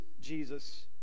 Jesus